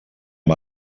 amb